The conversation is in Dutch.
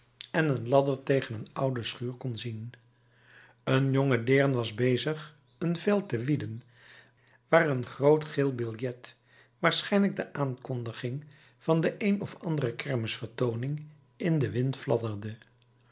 en een ladder tegen een oude schuur kon zien een jonge deern was bezig een veld te wieden waar een groot geel biljet waarschijnlijk de aankondiging van de een of andere kermis vertooning in den wind